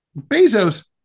Bezos